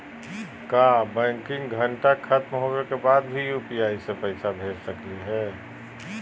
का बैंकिंग घंटा खत्म होवे के बाद भी यू.पी.आई से पैसा भेज सकली हे?